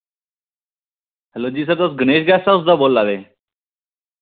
hello ji sir तुस Ganesh guest house दा बोल्ला दे